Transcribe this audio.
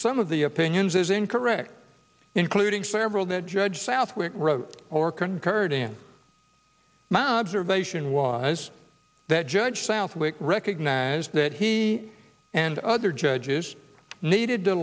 some of the opinions as incorrect including several that judge southwick wrote or concurred in my observation was that judge southwick recognized that he and other judges needed to